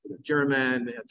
German